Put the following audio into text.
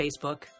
Facebook